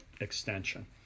extension